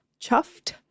Chuffed